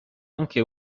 anche